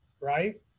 right